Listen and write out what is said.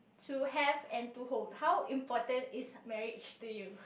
to have and to hold how important is marriage to you